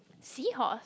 seahorse